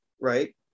right